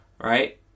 right